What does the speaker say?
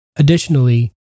Additionally